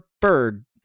bird